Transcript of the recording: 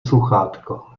sluchátko